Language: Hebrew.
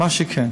מה שכן,